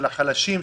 של החלשים,